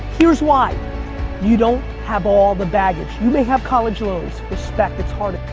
here's why you don't have all the baggage. you may have college loans. respect, it's hard.